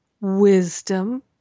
wisdom